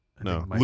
No